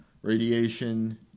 radiation